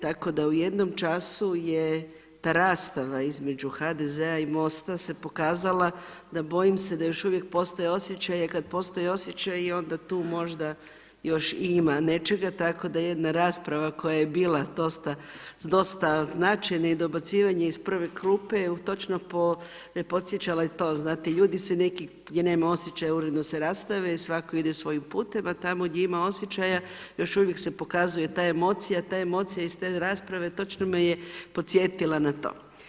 Tako da u jednom času je ta rastava između HDZ-a i MOST-a se pokazala da bojim se da još uvijek postoje osjećaji, a kad postoje osjećaji onda tu možda još i ima nečega, tako da jedna rasprava koja je bila dosta značajna i dobacivanje iz prve klupe točno me podsjeća i to znate, ljudi se neki gdje nema osjećaja uredno se rastave i svatko ide svojim putem, a tamo gdje ima osjećaja još uvijek se pokazuje ta emocija, ta emocija iz te rasprave točno me je podsjetila na to.